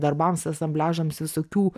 darbams asambliažams visokių